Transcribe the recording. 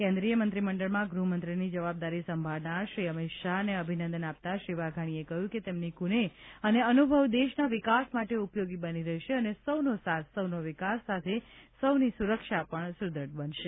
કેન્દ્રીય મંત્રીમંડળમાં ગૃહમંત્રીની જવાબદારી સંભાળનાર શ્રી અમિત શાહને અભિનંદન આપતા શ્રી વાઘાણી એ કહ્યું કે તેમની કુનેહ અને અનુભવ દેશના વિકાસ માટે ઉપયોગી બની રહેશે અને સૌનો સાથ સૌનો વિકાસ સાથે સૌની સુરક્ષા પણ સુદેઢ બનશે